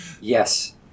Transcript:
Yes